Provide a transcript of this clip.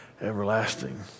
everlasting